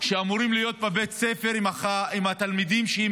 שאמורים להיות בבית הספר עם התלמידים שהם